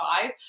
five